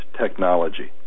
technology